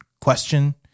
question